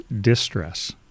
distress